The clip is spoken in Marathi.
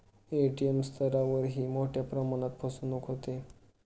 ए.टी.एम स्तरावरही मोठ्या प्रमाणात फसवणूक होते